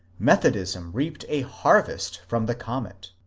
methodism reaped a harvest from the comet.